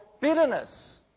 bitterness